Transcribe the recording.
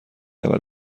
اول